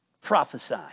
prophesy